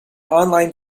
online